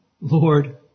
Lord